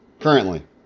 currently